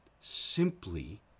simply